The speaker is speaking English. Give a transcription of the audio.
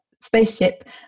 spaceship